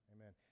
Amen